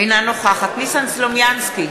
אינה נוכחת ניסן סלומינסקי,